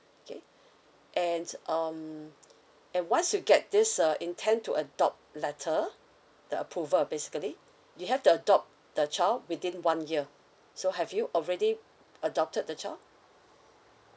okay and um and once you get this uh intend to adopt letter the approval basically you have to adopt the child within one year so have you already adopted the child